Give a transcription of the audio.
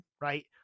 right